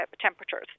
temperatures